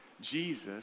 Jesus